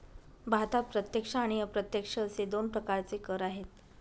भारतात प्रत्यक्ष आणि अप्रत्यक्ष असे दोन प्रकारचे कर आहेत